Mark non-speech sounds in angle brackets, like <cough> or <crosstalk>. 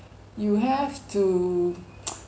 you have to <noise>